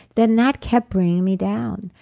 then that kept bringing me down.